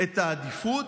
את העדיפות?